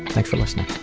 thanks for listening